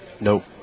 Nope